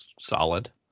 Solid